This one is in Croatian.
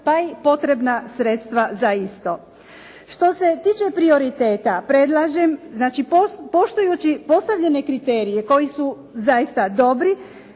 pa i potrebna sredstva za isto. Što se tiče prioriteta predlažem, znači poštujući postavljene kriterije koji su zaista dobri